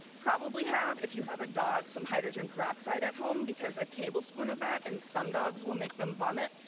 probably have, if you have a dog, some hydrogen peroxide at home because a tablespoon of that in some dogs will make them vomit.